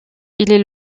est